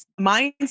mindset